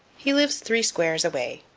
he lives three squares away.